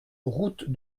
route